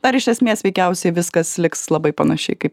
ar iš esmės veikiausiai viskas liks labai panašiai kaip